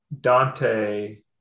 dante